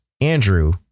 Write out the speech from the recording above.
Andrew